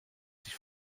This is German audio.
sich